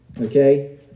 okay